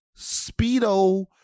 speedo